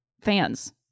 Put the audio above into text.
fans